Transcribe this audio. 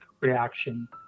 reaction